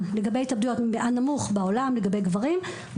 לגבי התאבדויות הנמוך בעולם לגבי גברים,